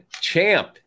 champ